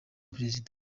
perezida